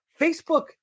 Facebook